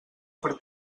per